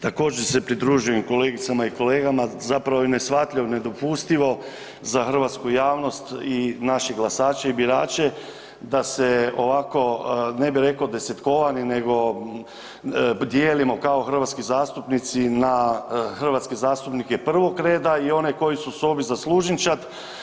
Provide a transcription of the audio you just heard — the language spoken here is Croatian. Također se pridružujem kolegicama i kolegama, zapravo je neshvatljivo, nedopustivo za hrvatsku javnost i naše glasače i birače da se ovako ne bi rekao desetkovani nego dijelimo kao hrvatski zastupnici na hrvatske zastupnike prvog reda i one koji su u sobi za služinčad.